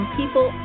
people